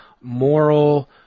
moral